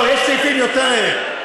יש סעיפים יותר,